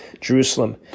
Jerusalem